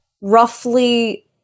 roughly